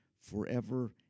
forever